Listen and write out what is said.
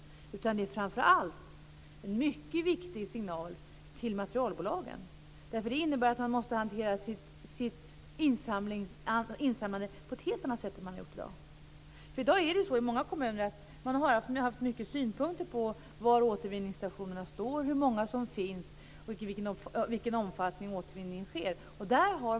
Det här är framför allt en mycket viktig signal till materialbolagen, eftersom det innebär att de måste hantera sitt insamlande på ett helt annat sätt än de gör i dag. I många kommuner har man ju haft många synpunkter på var återvinningsstationerna är placerade, hur många som finns och i vilken omfattning återvinningen sker.